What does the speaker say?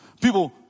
People